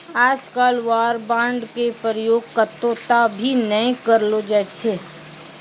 आजकल war bond के प्रयोग कत्तौ त भी नय करलो जाय छै